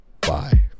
Bye